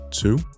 two